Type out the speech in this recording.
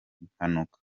mpanuka